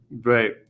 Right